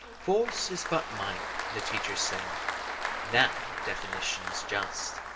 force is but might, the teacher said that definition's just.